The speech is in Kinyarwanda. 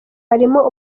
harimo